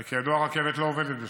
שהרי כידוע, הרכבת לא עובדת בשבת.